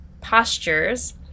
postures